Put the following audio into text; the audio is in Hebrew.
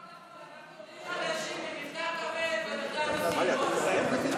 אנחנו עולים חדשים עם מבטא כבד, את מה שכתבו לך.